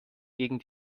gegen